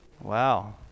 Wow